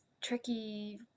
tricky